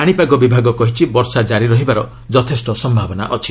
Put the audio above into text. ପାଣିପାଗ ବିଭାଗ କହିଛି ବର୍ଷା ଜାରି ରହିବାର ଯଥେଷ୍ଟ ସମ୍ଭାବନା ଅଛି